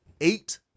eight